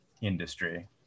industry